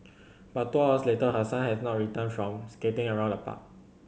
but two hours later her son had not returned from skating around the park